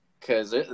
Cause